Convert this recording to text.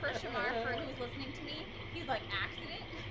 first remark. he was listening to me. he's like accident